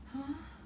!huh!